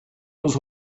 was